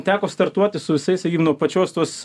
teko startuoti su visais sakykim nuo pačios tos